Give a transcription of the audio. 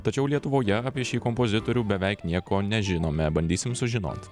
tačiau lietuvoje apie šį kompozitorių beveik nieko nežinome bandysim sužinot